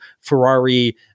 Ferrari